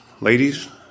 ladies